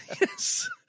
Yes